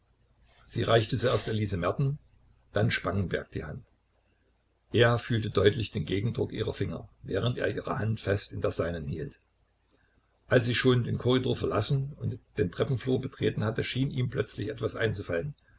sie reichte zuerst elise merten dann spangenberg die hand er fühlte deutlich den gegendruck ihrer finger während er ihre hand fest in der seinen hielt als sie schon den korridor verlassen und den treppenflur betreten hatte schien ihm plötzlich etwas einzufallen